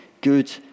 good